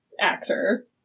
actor